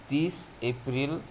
तीस एप्रिल